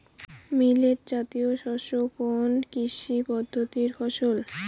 Millet জাতীয় শস্য কোন কৃষি পদ্ধতির ফসল?